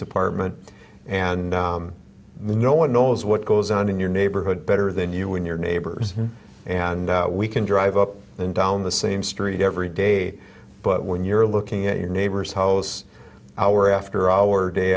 department and no one knows what goes on in your neighborhood better than you when your neighbors and we can drive up and down the same street every day but when you're looking at your neighbor's house hour after hour day